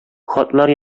хатлар